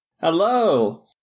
Hello